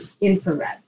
infrared